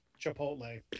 Chipotle